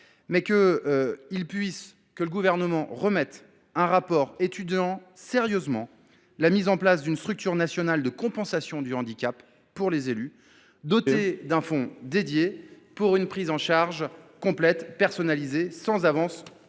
mais qu’il remette un rapport étudiant sérieusement la question de la mise en place d’une structure nationale de compensation du handicap pour les élus, dotée d’un fonds dédié pour une prise en charge complète, personnalisée et sans avance